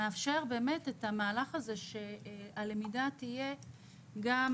מאפשרות את המהלך הזה שהלמידה תהיה גם